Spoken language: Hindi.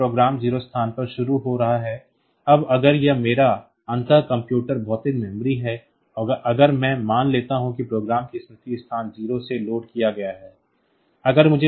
और यह प्रोग्राम 0 स्थान पर शुरू हो रहा है अब अगर यह मेरा अंततः कंप्यूटर भौतिक मेमोरी है और अगर मैं मान लेता हूं कि प्रोग्राम को स्मृति स्थान 0 से लोड किया गया है